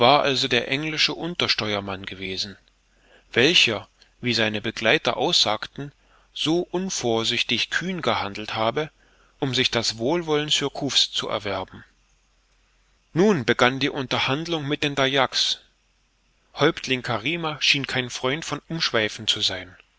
also der englische untersteuermann gewesen welcher wie seine begleiter aussagten so unvorsichtig kühn gehandelt habe um sich das wohlwollen surcouf's zu erwerben nun begann die unterhandlung mit den dayaks häuptling karima schien kein freund von umschweifen zu sein